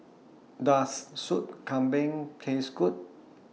Does Soup Kambing Taste Good